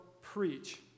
preach